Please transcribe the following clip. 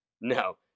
No